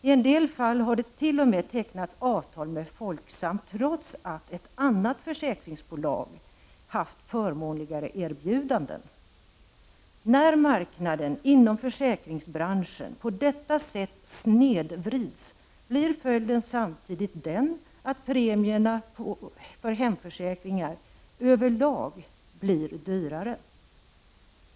I en del falll har det t.o.m. tecknats avtal med Folksam trots att ett annat försäkringsbolag haft förmånligare erbjudanden. När marknaden inom försäkringsbranschen på detta sätt snedvrids blir följden samtidigt den att premierna för hemförsäkringar över lag blir dyrare.